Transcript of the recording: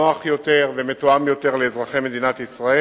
נוח יותר ומתואם יותר לאזרחי מדינת ישראל.